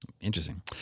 Interesting